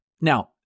Now